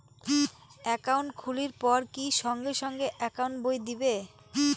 Account খুলির পর কি সঙ্গে সঙ্গে একাউন্ট বই দিবে?